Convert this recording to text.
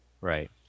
right